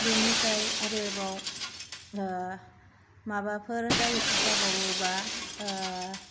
बिनिफ्राय आरोबाव माबाफोर जायो जाबावोबा